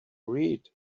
read